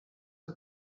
que